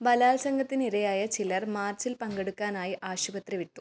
ബലാത്സംഗത്തിനിരയായ ചിലർ മാർച്ചിൽ പങ്കെടുക്കാനായി ആശുപത്രി വിട്ടു